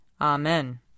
Amen